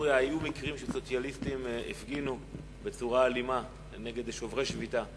שבהיסטוריה היו מקרים שסוציאליסטים הפגינו בצורה אלימה נגד שוברי שביתה.